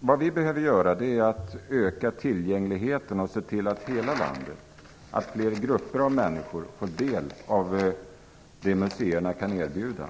Vad vi behöver göra är att öka tillgängligheten och se till att hela landet och att fler grupper av människor får del av det som museerna kan erbjuda.